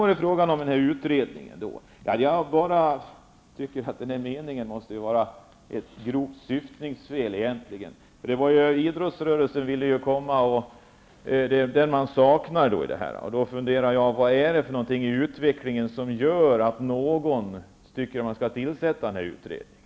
När det gäller utredningen tycker jag att det måste vara ett grovt syftningsfel i den meningen. Det är ju idrottsrörelsen man saknar i detta. Då undrar jag vad det är i utvecklingen som gör att någon tycker att man skall tillsätta den här utredningen.